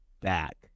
back